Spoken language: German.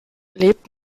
lebt